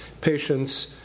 patients